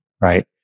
Right